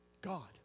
God